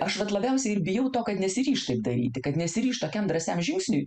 aš vat labiausiai ir bijau to kad nesiryš taip daryti kad nesiryš tokiam drąsiam žingsniui